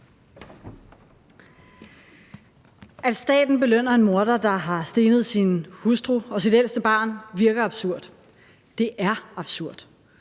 At staten belønner en morder, der har stenet sin hustru og sit ældste barn, virker absurd. Ja, det er absurd.